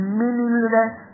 meaningless